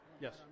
Yes